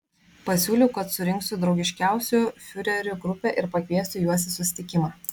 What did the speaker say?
pasiūliau kad surinksiu draugiškiausių fiurerių grupę ir pakviesiu juos į susitikimą